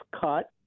cut